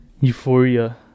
Euphoria